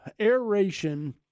aeration